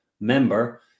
member